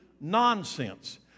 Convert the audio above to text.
nonsense